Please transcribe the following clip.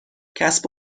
کسب